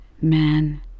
man